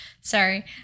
Sorry